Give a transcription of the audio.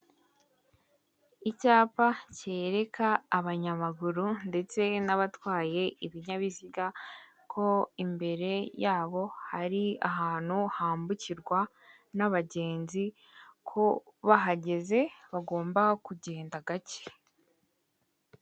Icyapa cyereka abanyamaguru ndetse n'abatwaye ibinyabiziga, ko imbere yabo hari ahantu hambukirwa n'abagenzi ko bahageze bagomba kugenda gake.